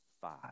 Five